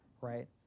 right